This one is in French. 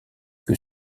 que